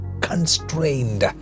Constrained